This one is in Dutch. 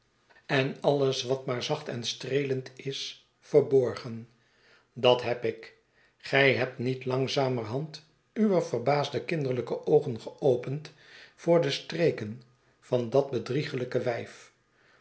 en alles wat maar ik breng estella naar hare bestemming zacht en streelend is verborgen dat heb ik gij hebt niet langzamerhand uwe verbaasde kinderlijke oogen geopend voor de streken van dat bedrieglijke wijf